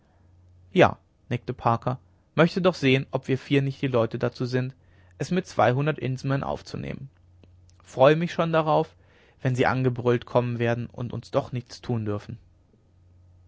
ja nickte parker möchte doch sehen ob wir vier nicht die leute dazu sind es mit zweihundert indsmen aufzunehmen freue mich schon darauf wenn sie angebrüllt kommen werden und uns doch nichts tun dürfen